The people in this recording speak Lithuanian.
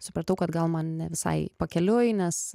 supratau kad gal man ne visai pakeliui nes